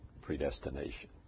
predestination